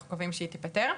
אנחנו מקווים שהיא תיפתר.